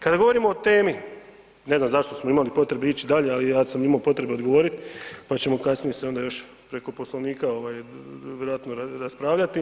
Kada govorimo o temi, ne znam zašto smo imali potrebe ići dalje, ali ja sam imao potrebe odgovorit, pa ćemo kasnije se još preko Poslovnika vjerojatno raspravljati.